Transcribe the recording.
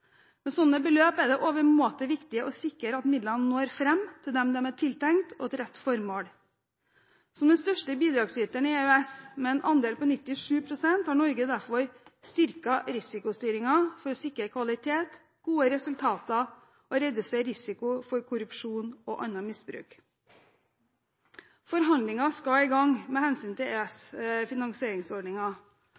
Med slike beløp er det overmåte viktig å sikre at midlene når fram til dem de er tiltenkt og til rett formål. Som den største bidragsyteren i EØS, med en andel på 97 pst., har Norge derfor styrket risikostyringen for å sikre kvalitet og gode resultater og redusere risikoen for korrupsjon og annet misbruk. Forhandlinger skal i gang med hensyn til